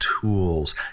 tools